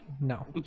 No